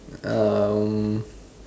um